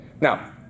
Now